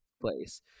place